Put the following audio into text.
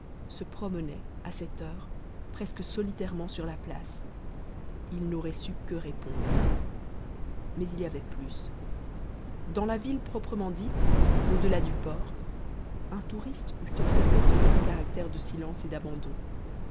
se promenaient à cette heure presque solitairement sur la place ils n'auraient su que répondre mais il y avait plus dans la ville proprement dite au delà du port un touriste eût observé ce même caractère de silence et d'abandon